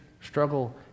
struggle